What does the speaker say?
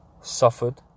suffered